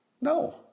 No